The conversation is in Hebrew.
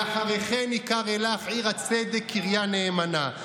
ואחרי כן יִקָרֵא לך עיר הצדק קריה נאמנה".